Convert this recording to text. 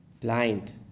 Blind